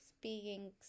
speaking